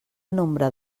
nombre